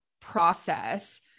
process